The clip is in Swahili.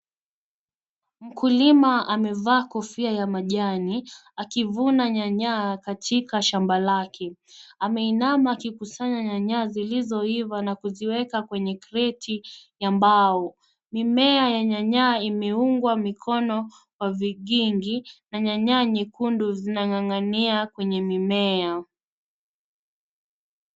Mkulima amevaa kofia ya majani akivuna nyanya katika shamba lake. Ameinama akikusanya nyanya zilizoiva na kuziweka kwenye kreti ya mbao. Mimea ya nyanya imeungwa mikono kwa vigingi na nyanya nyekundu zinang'ang'ania kwenye mimea.